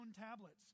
tablets